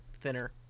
thinner